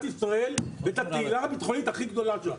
ישראל את התהילה הביטחונית הכי גדולה שלה,